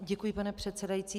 Děkuji, pane předsedající.